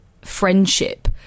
friendship